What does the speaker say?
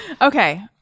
Okay